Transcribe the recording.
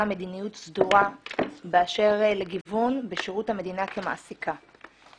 מדיניות סדורה באשר לגיוון בשירות המדינה כמעסיקה.